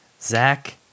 Zach